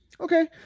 Okay